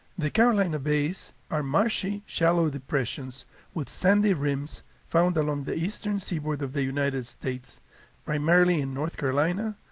the carolina bays are marshy, shallow depressions with sandy rims found along the eastern seaboard of the united states primarily in north carolina,